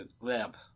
lab